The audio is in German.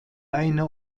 eine